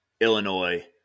Illinois